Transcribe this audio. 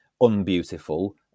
unbeautiful